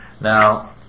Now